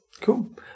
Cool